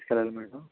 తీసుకెళ్లాలి మ్యాడం